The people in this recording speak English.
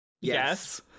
Yes